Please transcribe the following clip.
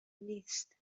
نیست